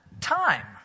time